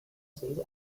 seguir